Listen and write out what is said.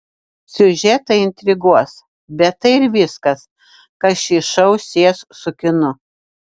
siužetai intriguos bet tai ir viskas kas šį šou sies su kinu